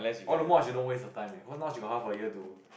all the more I should don't waste her time eh cause now she got half a year to